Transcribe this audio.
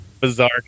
bizarre